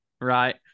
right